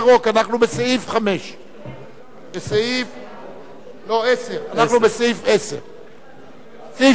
אנחנו בסעיף 10. סעיף 17,